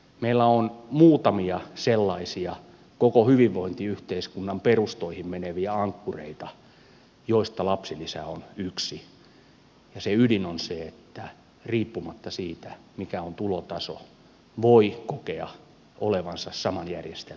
meillä on muutamia sellaisia koko hyvinvointiyhteiskunnan perustoihin meneviä ankkureita joista lapsilisä on yksi ja se ydin on se että riippumatta siitä mikä on tulotaso voi kokea olevansa saman järjestelmän piirissä